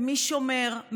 מי שומר?